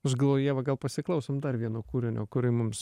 aš galvoju ieva gal pasiklausom dar vieno kūrinio kurį mums